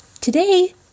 today